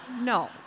No